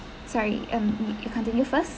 sorry um you continue first